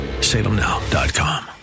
Salemnow.com